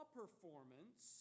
performance